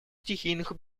стихийных